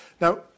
Now